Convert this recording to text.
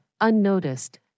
unnoticed